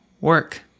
work